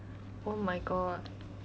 oh my god